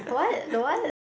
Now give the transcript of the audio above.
what the what